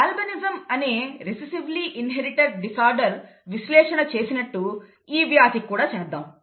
albinism అనే recessively inherited disorder విశ్లేషణ చేసినట్టు ఈ వ్యాధికి కూడా చేద్దాం